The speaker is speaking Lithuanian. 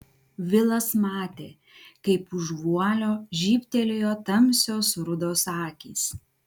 vilas matė kaip už vualio žybtelėjo tamsios rudos akys